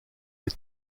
les